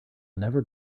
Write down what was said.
never